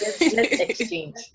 exchange